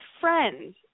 friends